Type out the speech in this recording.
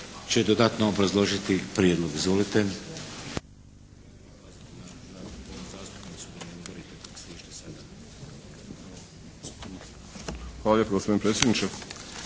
Hvala gospodine predsjedniče.